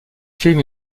film